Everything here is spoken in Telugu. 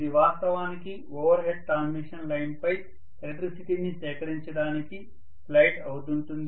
ఇది వాస్తవానికి ఓవర్హెడ్ ట్రాన్స్మిషన్ లైన్ పై ఎలక్ట్రిసిటీని సేకరించడానికి స్లైడ్ అవుతుంటుంది